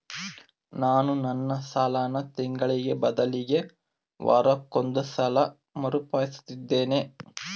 ನಾನು ನನ್ನ ಸಾಲನ ತಿಂಗಳಿಗೆ ಬದಲಿಗೆ ವಾರಕ್ಕೊಂದು ಸಲ ಮರುಪಾವತಿಸುತ್ತಿದ್ದೇನೆ